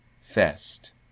fest